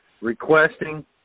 requesting